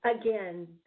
again